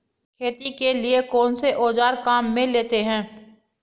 खेती के लिए कौनसे औज़ार काम में लेते हैं?